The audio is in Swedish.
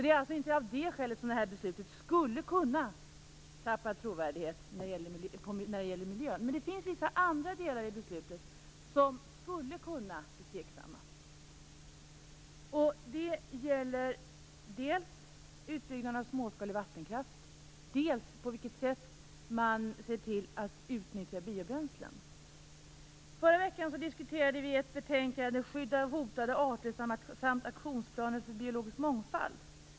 Det är alltså inte av det skälet som det här beslutet skulle kunna tappa trovärdighet när det gäller miljön. Men det finns vissa andra delar i beslutet som skulle kunna bli tveksamma. Det gäller dels utbyggnaden av småskalig vattenkraft, dels på vilket sätt man utnyttjar biobränslen. Förra veckan diskuterade vi ett betänkande som hette Skydd av hotade arter samt aktionsplaner för biologisk mångfald.